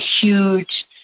huge